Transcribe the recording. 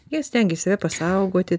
jie stengiasi save pasaugoti